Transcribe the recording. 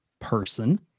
person